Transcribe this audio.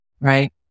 right